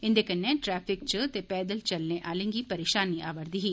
इंदे कन्नै ट्रैफिक च ते पैदल चलने आलें गी परेशानी अवा'रदी ही